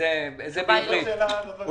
זאת לא שאלה אלי.